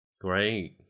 Great